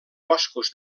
boscos